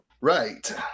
right